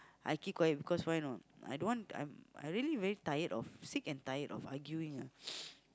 I keep quiet because why you know or not I don't want I'm I'm really very tired of sick and tired of arguing ah